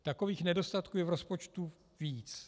Takových nedostatků je v rozpočtu víc.